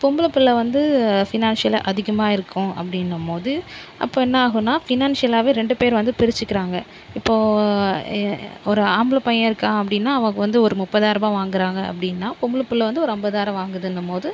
பொம்பளப் பிள்ள வந்து ஃபினான்ஸியலாக அதிகமாக இருக்கோம் அப்படின்னும் போது அப்போ என்ன ஆகும்னா ஃபினான்ஸியலாகவே ரெண்டு பேர் வந்து பிரிச்சிக்கிறாங்க இப்போ ஒரு ஆம்பளப் பையன் இருக்கான் அப்படின்னா அவன் வந்து ஒரு முப்பதாயரூபா வாங்குறான் அப்படின்னா பொம்பளப் பிள்ள வந்து ஒரு ஐம்பதாயிரம் வாங்குதுன்னும் போது